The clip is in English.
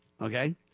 Okay